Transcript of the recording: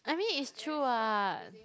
I mean is true [what]